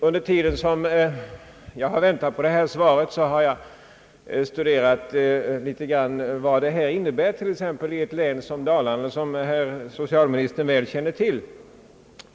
Under den tid som jag har väntat på svaret har jag något studerat vad nedskräpningen innebär t.ex. i ett landskap som Dalarna, vilket socialministern väl känner till.